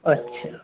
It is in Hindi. अच्छा